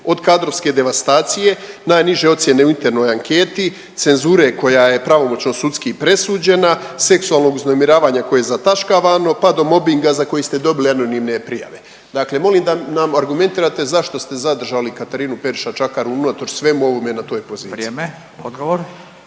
od kadrovske devastacije, najniže ocjene u internoj anketi, cenzure koja je pravomoćno sudski presuđena, seksualnog uznemiravanja koje je zataškavano pa do mobinga za koji ste dobili anonimne prijave. Dakle, molim da nam argumentirate zašto ste zadržali Katarinu Periša Čakarun unatoč svemu ovome na toj poziciji? **Radin,